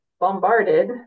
bombarded